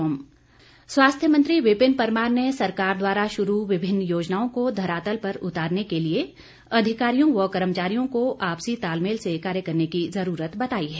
विपिन परमार स्वास्थ्य मंत्री विपिन परमार ने सरकार द्वारा शुरू विभिन्न योजनाओं को धरातल पर उतारने के लिए अधिकारियों व कर्मचारियों को आपसी तालमेल से कार्य करने की जरूरत बताई है